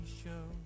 show